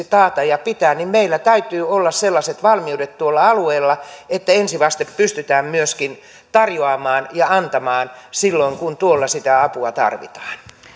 taata ja pitää meillä täytyy olla sellaiset valmiudet tuolla alueella että ensivaste pystytään myöskin tarjoamaan ja antamaan silloin kun tuolla sitä apua tarvitaan